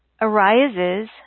arises